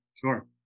Sure